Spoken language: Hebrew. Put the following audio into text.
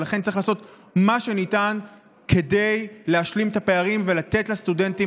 ולכן צריך לעשות מה שניתן כדי להשלים את הפערים ולתת לסטודנטים